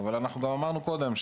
אבל אנחנו גם אמרנו קודם,